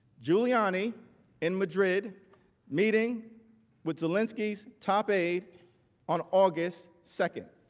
giuliani in madrid meeting with zelensky's top aids on august second.